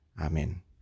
Amen